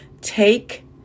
Take